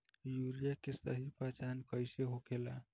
Urea के सही पहचान कईसे होखेला?